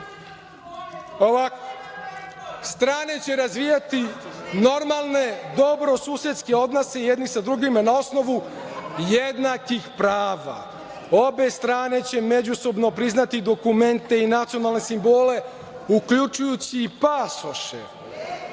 Strane će razvijati normalne, dobrosusedske odnose jedni sa drugima na osnovu jednakih prava, obe strane će međusobno priznati dokumente i nacionalne simbole uključujući i pasoše.